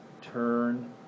turn